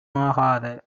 ஆகாத